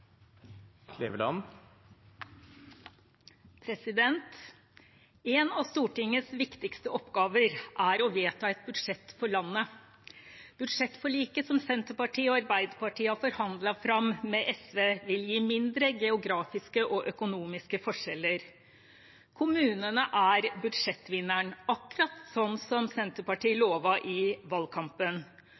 å vedta et budsjett for landet. Budsjettforliket som Senterpartiet og Arbeiderpartiet har forhandlet fram med SV, vil gi mindre geografiske og økonomiske forskjeller. Kommunene er budsjettvinneren, akkurat slik Senterpartiet lovet i valgkampen.